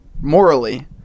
Morally